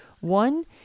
one